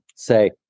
Say